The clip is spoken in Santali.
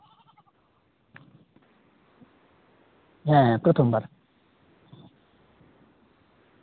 ᱦᱮᱸ ᱯᱨᱚᱛᱷᱚᱢ ᱵᱟᱨ